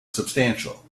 substantial